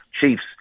Chiefs